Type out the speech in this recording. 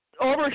over